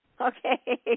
Okay